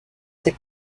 ses